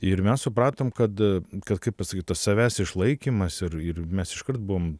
ir mes supratom kad kad kaip pasakyt tas savęs išlaikymas irir mes iškart buvom